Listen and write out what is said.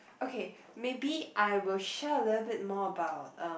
okay maybe I will share a little bit more about uh